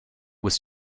was